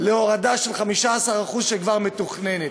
להורדה של 15% שכבר מתוכננת.